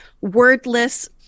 wordless